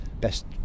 best